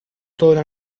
torna